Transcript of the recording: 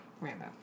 Rambo